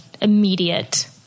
immediate